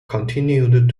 continued